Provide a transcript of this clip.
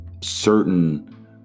certain